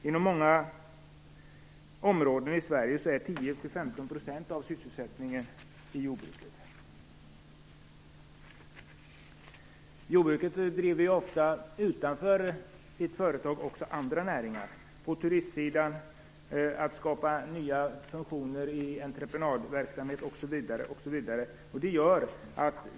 I många områden i Sverige är 10-15 % sysselsatta inom jordbruket. Jordbrukarna bedriver ofta andra näringar förutom sina företag. Det handlar om turism, om att skapa nya funktioner inom entreprenadverksamheten osv.